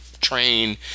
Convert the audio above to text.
train